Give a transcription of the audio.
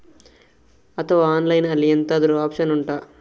ಅಥವಾ ಆನ್ಲೈನ್ ಅಲ್ಲಿ ಎಂತಾದ್ರೂ ಒಪ್ಶನ್ ಉಂಟಾ